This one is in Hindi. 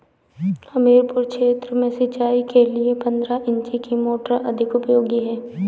हमीरपुर क्षेत्र में सिंचाई के लिए पंद्रह इंची की मोटर अधिक उपयोगी है?